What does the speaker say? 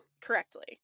correctly